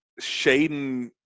Shaden –